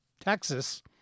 Texas